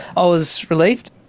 i was relieved.